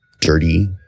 dirty